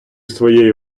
своєю